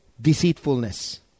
deceitfulness